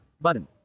button